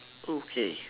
okay